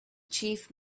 chief